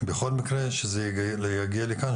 בכל מקרה שזה יגיע לכאן,